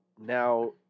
now